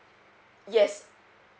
yes